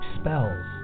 spells